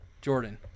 Jordan